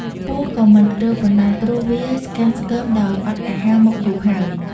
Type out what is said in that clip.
ពស់ក៏មិនរើប៉ុន្មានព្រោះវាស្គាំងស្គមដោយអត់អាហារមកយូរហើយ។